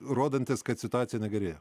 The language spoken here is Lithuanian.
rodantis kad situacija negerėja